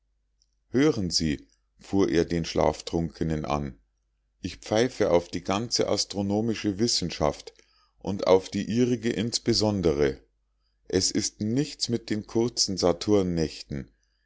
hören sie fuhr er den schlaftrunkenen an ich pfeife auf die ganze astronomische wissenschaft und auf die ihrige insbesondere es ist nichts mit den kurzen